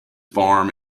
farm